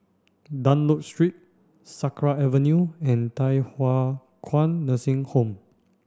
Dunlop Street Sakra Avenue and Thye Hua Kwan Nursing Home